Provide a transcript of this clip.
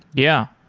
yeah.